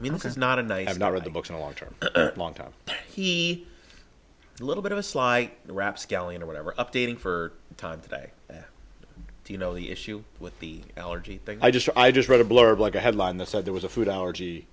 is not and i've not read the books in a long term long time he a little bit of a sly rapscallion or whatever updating for time today you know the issue with the allergy thing i just i just read a blurb like a headline that said there was a food allergy